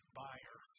buyer